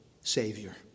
Savior